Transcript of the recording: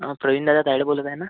हा प्रवीणदादा काळे बोलत आहे ना